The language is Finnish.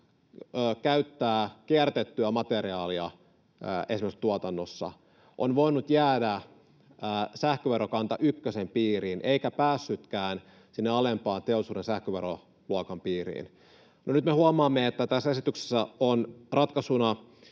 käyttää kierrätettyä materiaalia esimerkiksi tuotannossa, on voinut jäädä sähköverokanta ykkösen piiriin eikä päässytkään sinne alemman teollisuuden sähköveroluokan piiriin. No, nyt me huomaamme, että tässä esityksessä on ratkaisuna